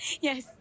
Yes